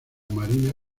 marina